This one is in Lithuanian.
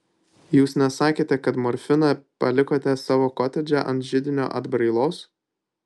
jūs nesakėte kad morfiną palikote savo kotedže ant židinio atbrailos